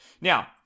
Now